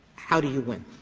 how do you win?